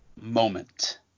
moment